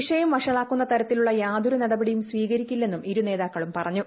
വിഷയം വഷളാക്കുന്ന തരത്തിലുള്ള യാതൊരു നടപടിയും സ്വീകരിക്കില്ലെന്നും ഇരുനേതാക്കളും പറഞ്ഞു